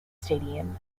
stadium